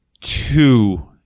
two